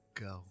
go